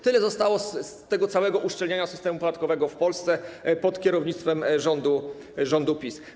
Tyle zostało z tego całego uszczelniania systemu podatkowego w Polsce pod kierownictwem rządu PiS.